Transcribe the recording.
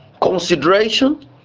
consideration